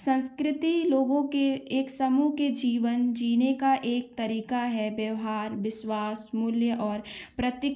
संस्कृति लोगों के एक समूह के जीवन जीने का एक तरीका है व्यवहार विश्वास मूल्य और प्रतीक